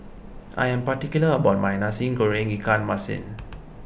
I am particular about my Nasi Goreng Ikan Masin